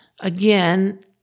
Again